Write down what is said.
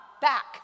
back